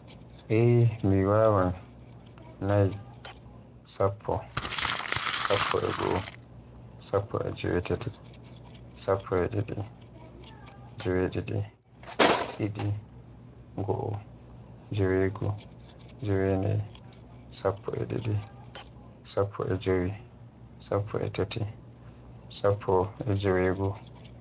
Eeh mi wawan, nay, sappo, sappo e goo, jewetati, jewedidi, didi, goo, jewegoo, jewenay, sappe e didi, sappo e jowi, sappo e tati, sappo e jewegoo.